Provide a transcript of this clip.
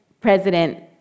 President